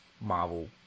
Marvel